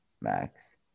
Max